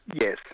Yes